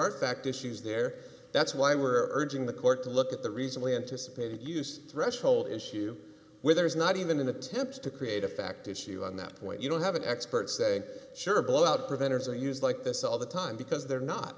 are fact issues there that's why we're urging the court to look at the recently anticipated use threshold issue where there is not even an attempt to create a fact issue on that point you don't have an expert say sure blowout preventers are used like this all the time because they're not